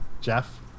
Jeff